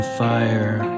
fire